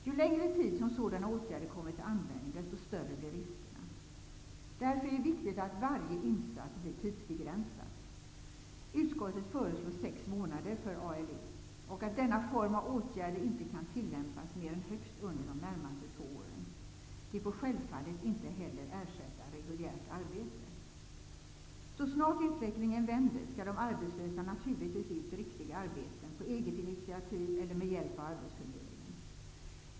Ju längre tid som sådana åtgärder kommer till användning, desto större blir riskerna. Därför är det viktigt att varje insats blir tidsbegränsad - utskottet förslår sex månader för ALU och att denna form av åtgärder inte kan tillämpas mer än högst under de närmaste två åren. De får självfallet inte heller ersätta reguljärt arbete. Så snart utvecklingen vänder, skall de arbetslösa naturligtvis ut i riktigt arbete, på eget initiativ eller med hjälp av arbetsförmedlingen.